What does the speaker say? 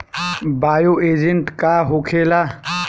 Bio agent का होखेला?